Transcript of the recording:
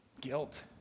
guilt